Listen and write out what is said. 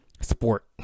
Sport